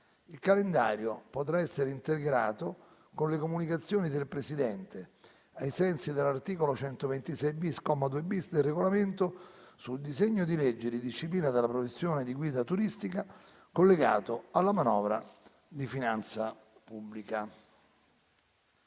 Il calendario potrà essere integrato con le Comunicazioni del Presidente, ai sensi dell’articolo 126-bis, comma 2-bis, del Regolamento, sul disegno di legge di disciplina della professione di guida turistica, collegato alla manovra di finanza pubblica.